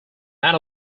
man